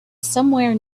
somewhere